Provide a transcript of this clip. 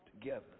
together